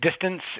distance